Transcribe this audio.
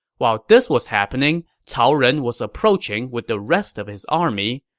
while this was happening, cao ren was approaching with the rest of his army,